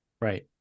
Right